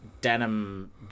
denim